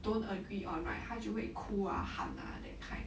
don't agree on right 他就会哭啊喊啊 that kind